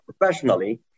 professionally